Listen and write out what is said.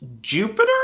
Jupiter